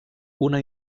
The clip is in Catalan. una